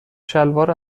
شلوار